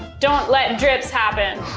don't let drips happen,